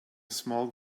small